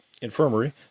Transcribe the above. infirmary